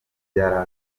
byarakaje